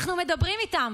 אנחנו מדברים איתם,